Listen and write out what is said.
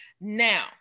Now